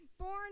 born